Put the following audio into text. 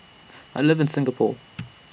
I live in Singapore